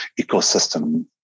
ecosystem